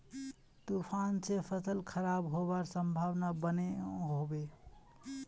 तूफान से फसल खराब होबार संभावना बनो होबे?